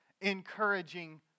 encouraging